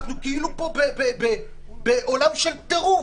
אנחנו כאילו פה בעולם של טירוף.